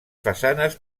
façanes